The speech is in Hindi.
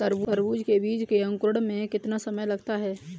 तरबूज के बीजों के अंकुरण में कितना समय लगता है?